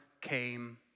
came